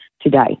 today